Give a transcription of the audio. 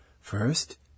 First